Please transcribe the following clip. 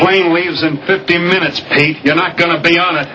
plane waves and fifteen minutes you're not going to be on a